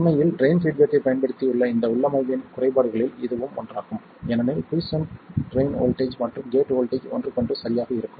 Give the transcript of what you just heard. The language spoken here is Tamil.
உண்மையில் ட்ரைன் பீட்பேக்கைப் பயன்படுத்தி உள்ள இந்த உள்ளமைவின் குறைபாடுகளில் இதுவும் ஒன்றாகும் ஏனெனில் குய்சென்ட் ட்ரைன் வோல்ட்டேஜ் மற்றும் கேட் வோல்ட்டேஜ் ஒன்றுக்கொன்று சரியாக இருக்கும்